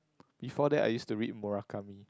before that I used to read Murakami